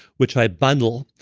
which i bundle.